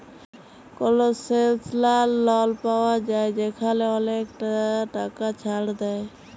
কলসেশলাল লল পাউয়া যায় যেখালে অলেকটা টাকা ছাড় দেয়